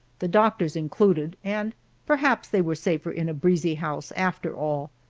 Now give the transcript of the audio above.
the doctor's included, and perhaps they were safer in a breezy house, after all.